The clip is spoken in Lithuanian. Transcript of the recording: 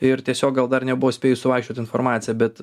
ir tiesiog gal dar nebuvo spėjus suvaikščiot informacija bet